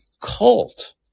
cult